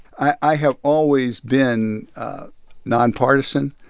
i have always been nonpartisan.